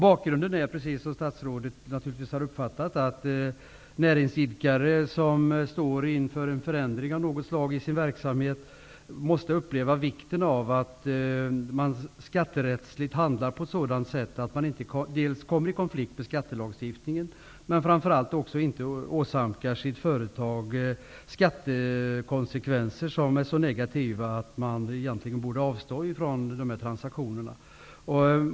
Bakgrunden är, precis som statsrådet har uppfattat det, att en näringsidkare som står inför en förändring av något slag i sin verksamhet måste uppleva vikten av att han skatterättsligt handlar på ett sådant sätt att han dels inte kommer i konflikt med skattelagstiftningen, dels, och framför allt, inte åsamkar sitt företag skattekonsekvenser som är så negativa att han egentligen borde avstå från transaktionerna.